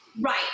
Right